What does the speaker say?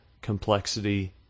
complexity